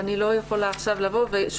אבל אני לא יכולה עכשיו להגיד,